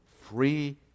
free